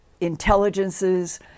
intelligences